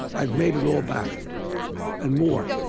i've made it all back and more.